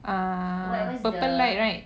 ah purple line right